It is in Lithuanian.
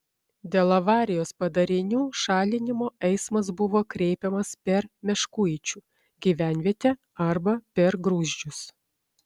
dėl avarijos padarinių šalinimo eismas buvo kreipiamas per meškuičių gyvenvietę arba per gruzdžius